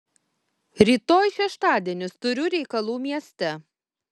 rytoj šeštadienis turiu reikalų mieste